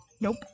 Nope